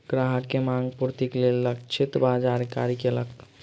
ग्राहक के मांग पूर्तिक लेल लक्षित बाजार कार्य केलक